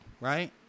right